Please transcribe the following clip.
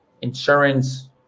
insurance